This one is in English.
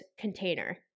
container